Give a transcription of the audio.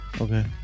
okay